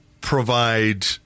provide